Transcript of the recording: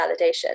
validation